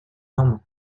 amañ